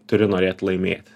turi norėt laimėti